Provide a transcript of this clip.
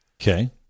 Okay